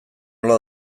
nola